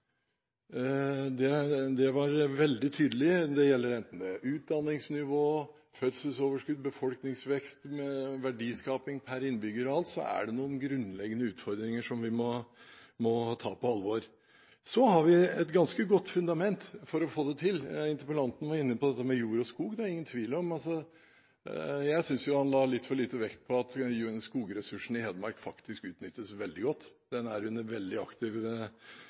Det var veldig tydelig. Enten det er utdanningsnivå, fødselsoverskudd, befolkningsvekst, verdiskaping per innbygger eller annet, så er det noen grunnleggende utfordringer som vi må ta på alvor. Så har vi et ganske godt fundament for å få til dette. Interpellanten var inne på dette med jord og skog. Jeg synes han la litt for lite vekt på at skogressursene i Hedmark faktisk utnyttes veldig godt. Skogen er under veldig aktiv